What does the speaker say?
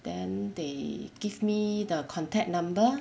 then they give me the contact number